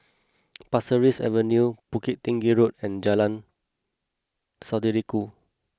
Pasir Ris Avenue Bukit Tinggi Road and Jalan Saudara Ku